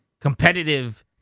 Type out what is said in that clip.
competitive